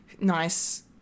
nice